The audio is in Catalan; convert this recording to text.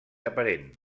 aparent